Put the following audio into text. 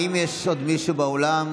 האם יש עוד מישהו באולם?